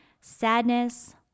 Sadness